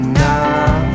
now